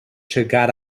chegar